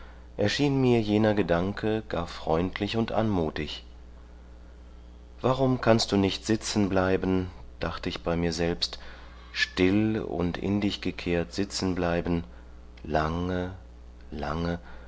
erschien mir jener gedanke gar freundlich und anmutig warum kannst du nicht sitzenbleiben dachte ich bei mir selbst still und in dich gekehrt sitzenbleiben lange lange